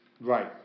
Right